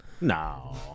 No